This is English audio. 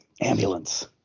ambulance